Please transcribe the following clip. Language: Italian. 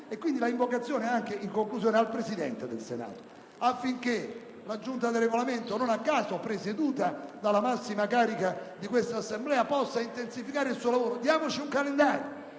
quindi, un'invocazione al Presidente del Senato affinché la Giunta del Regolamento, non a caso presieduta dalla massima carica di questa Assemblea, possa intensificare il suo lavoro. Diamoci un calendario